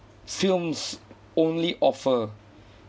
films only offer